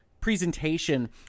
presentation